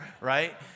right